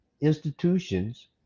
institutions